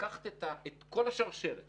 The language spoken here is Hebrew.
לקחת את כל השרשרת